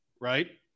Right